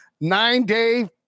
nine-day